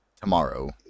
tomorrow